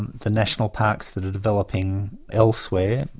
and the national parks that are developing elsewhere,